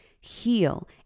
heal